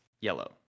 yellow